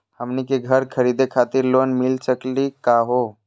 हमनी के घर खरीदै खातिर लोन मिली सकली का हो?